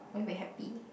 will you be happy